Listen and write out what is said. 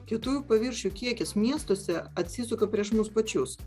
kietųjų paviršių kiekis miestuose atsisuka prieš mus pačius